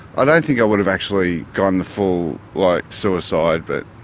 i don't think i would have actually gone the full like suicide but.